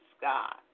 God